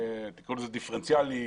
תקראו לזה דיפרנציאלית,